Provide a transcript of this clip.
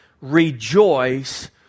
rejoice